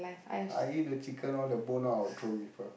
I eat the chicken all the bone I will throw give her